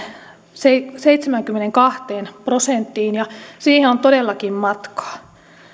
tavoitteen seitsemäänkymmeneenkahteen prosenttiin ja siihen on todellakin matkaa